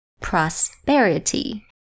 Prosperity